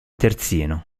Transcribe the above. terzino